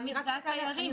גם מתווה התיירים,